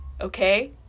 Okay